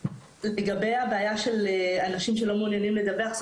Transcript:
לגבי הבעיה של אנשים שלא מעוניינים לדווח,